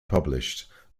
published